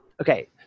Okay